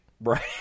right